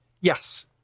Yes